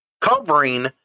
covering